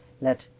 let